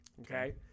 Okay